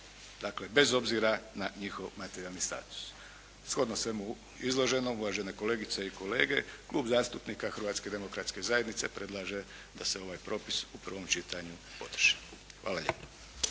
dakle, bez obzira na njihov materijalni status. Shodno svemu izloženom, uvažene kolegice i kolege, Klub zastupnika Hrvatske demokratske zajednice predlaže da se ovaj propis u prvom čitanju podrši. Hvala lijepo.